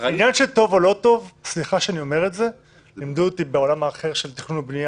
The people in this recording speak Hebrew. באלף ואחת סיטואציות שיצא לי להיות בדיונים משפטיים כאלה ואחרים,